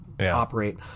operate